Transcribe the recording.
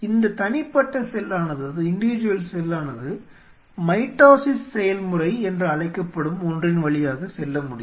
இந்த தனிப்பட்ட செல்லானது மைட்டோசிஸ் செயல்முறை என்று அழைக்கப்படும் ஒன்றின் வழியாக செல்ல முடியும்